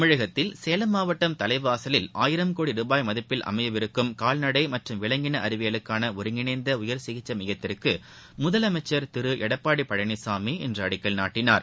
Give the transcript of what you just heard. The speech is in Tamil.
தமிழகத்தில் சேலம் மாவட்டம் தலைவாசலில் ஆயிரம் கோடி ரூபாய் மதிப்பில் அமையவிருக்கும் கால்நடை மற்றும் விலங்கின அறிவியலுக்கான ஒருங்கிணைந்த உயர் சிகிச்சை மையத்திற்கு முதலமைச்சர் திரு எடப்பாடி பழனிசாமி இன்று அடிக்கல் நாட்டினார்